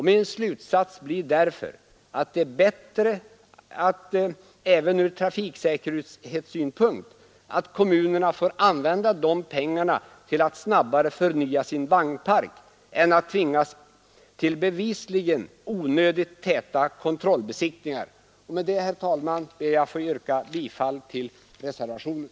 Min slutsats blir därför att det är bättre även från trafiksäkerhetssynpunkt, att kommunerna får använda dessa pengar till att snabbare förnya sin vagnpark än att tvingas till bevisligen onödigt täta kontrollbesiktningar. Med det anförda, herr talman, ber jag att få yrka bifall till reservationen.